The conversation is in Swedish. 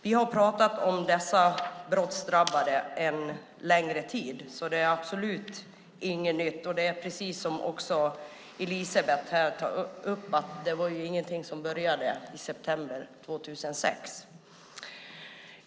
Vi har pratat om dessa brottsdrabbade en längre tid, så det är absolut inget nytt, och det är precis också som Elisebeht tog upp här att det inte var något som började i september 2006.